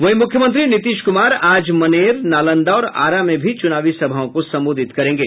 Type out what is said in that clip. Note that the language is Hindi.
वहीं मुख्यमंत्री नीतीश कुमार आज मनेर नालंदा और आरा में भी चुनावी सभाओं को संबोधित करेंगे